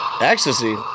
Ecstasy